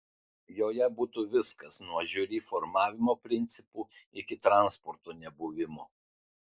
joje būtų viskas nuo žiuri formavimo principų iki transporto nebuvimo